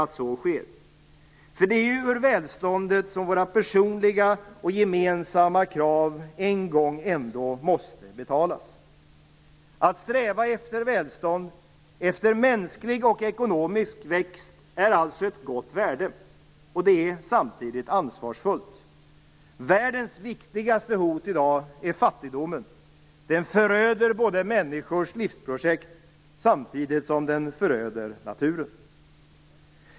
Det är ju ur välståndet våra personliga och gemensamma krav en gång ändå måste betalas. Att sträva efter välstånd, efter mänsklig och ekonomisk växt, är alltså ett gott värde. Det är samtidigt ansvarsfullt. Världens viktigaste hot i dag är fattigdomen. Den föröder människors livsprojekt samtidigt som den föröder naturen.